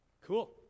Cool